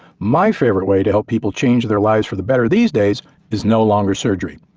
my favorite way to help people change their lives for the better these days is no longer surgery.